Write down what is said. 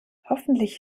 hoffentlich